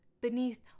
beneath